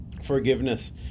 Forgiveness